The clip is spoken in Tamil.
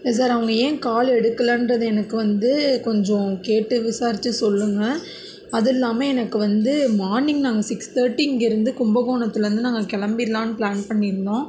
இல்லை சார் அவங்க ஏன் கால் எடுக்கலைன்றத எனக்கு வந்து கொஞ்சம் கேட்டு விசாரித்து சொல்லுங்கள் அது இல்லாமல் எனக்கு வந்து மார்னிங் நாங்கள் சிக்ஸ் தேர்ட்டி இங்கேயிருந்து கும்பகோணத்துலேருந்து நாங்கள் கிளம்பிடலான்னு பிளான் பண்ணி இருந்தோம்